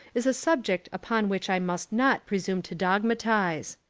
is a subject upon which i must not pre sume to dogmatise.